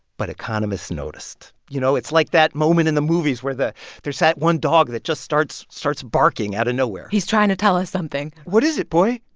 but economists noticed. you know, it's like that moment in the movies where the there's that one dog that just starts starts barking out of nowhere he's trying tell us something what is it, boy,